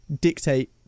dictate